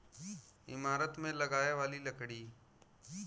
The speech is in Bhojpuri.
ईमारत मे लगाए वाली लकड़ी